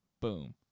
Boom